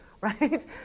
right